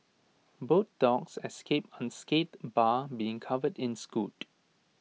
both dogs escaped unscathed bar being covered in